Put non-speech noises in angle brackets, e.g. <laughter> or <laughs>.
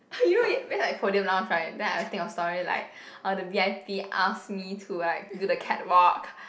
<laughs> you know <noise> because like podium lounge right then I'll think of stories like uh the V_I_P ask me to like do the catwalk